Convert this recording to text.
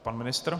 Pan ministr?